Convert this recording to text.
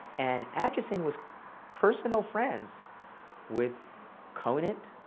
and acheson was personal friends with conant,